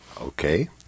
Okay